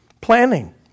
planning